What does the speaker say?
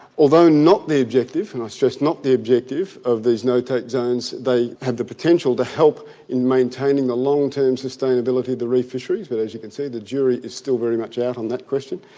although not the objective and i stress not the objective of these no-take zones they have the potential to help in maintaining the long term sustainability of the reef fisheries but as you can see the jury is still very much out on that question.